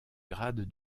grade